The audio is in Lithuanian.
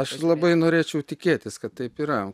aš labai norėčiau tikėtis kad taip yra